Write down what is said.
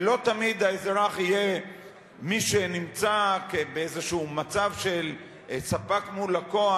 ולא תמיד האזרח יהיה מי שנמצא באיזה מצב של ספק מול לקוח,